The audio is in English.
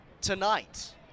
tonight